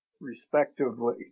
respectively